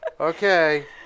Okay